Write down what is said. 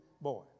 boy